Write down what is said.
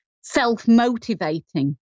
self-motivating